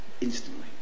instantly